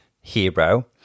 hero